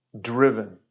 driven